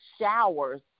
showers